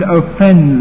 offend